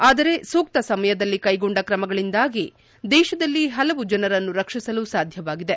ಆದರೆ ಸೂಕ್ತ ಸಮಯದಲ್ಲಿ ಕೈಗೊಂಡ ಕ್ರಮಗಳಿಂದಾಗಿ ದೇಶದಲ್ಲಿ ಹಲವು ಜನರನ್ನು ರಕ್ಷಿಸಲು ಸಾಧ್ವವಾಗಿದೆ